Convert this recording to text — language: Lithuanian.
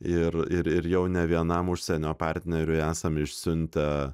ir ir ir jau ne vienam užsienio partneriui esam išsiuntę